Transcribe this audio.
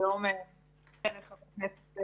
שלום לחברי הכנסת